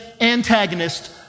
antagonist